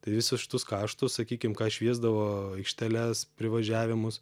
tai visus šitus kaštus sakykim ką šviesdavo aikšteles privažiavimus